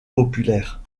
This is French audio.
populaire